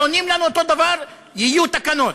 ועונים לנו אותו דבר: יהיו תקנות.